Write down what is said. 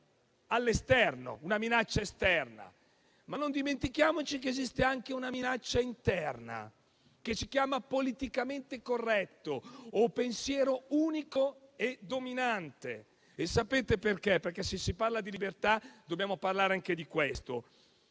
costituiscono una minaccia esterna. Non dimentichiamo però che esiste anche una minaccia interna, che si chiama «politicamente corretto» o «pensiero unico e dominante» e sapete perché? Se si parla di libertà, dobbiamo parlare anche di questo.